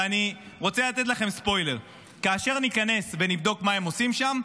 ואני רוצה לתת לכם ספוילר: כאשר ניכנס ונבדוק מה הם עושים שם,